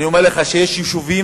אני אומר לך שיש יישובים,